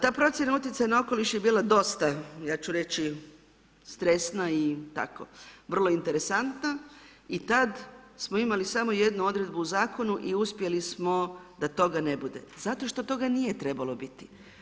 Ta procjena utjecaja na okoliš je bila dosta, ja ću reći, stresna i tako vrlo interesantna i tad smo imali samo jednu odredbu u zakonu i uspjeli smo da toga ne budu, zato što toga nije trebalo biti.